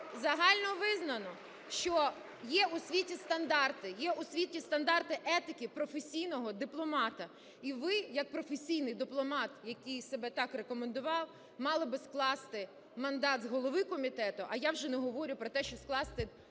стандарти. Є у світі стандарти етики професійного дипломата. І ви як професійний дипломат, який себе так рекомендував, мали би скласти мандат з голови комітету. А я вже не говорю про те, що скласти мандат